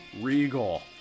Regal